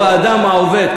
הוא האדם העובד",